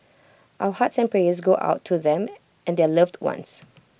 our hearts and prayers go out to them and their loved ones